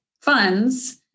funds